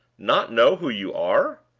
not know who you are?